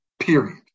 period